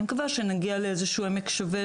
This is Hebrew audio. אני מקווה שנגיע לעמק שווה,